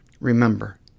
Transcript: Remember